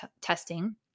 testing